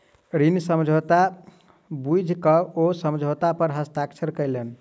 ऋण समझौता बुइझ क ओ समझौता पर हस्ताक्षर केलैन